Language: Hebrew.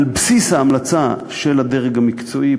על בסיס ההמלצה של הדרג המקצועי,